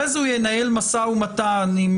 אחר כך הוא ינהל משא ומתן עם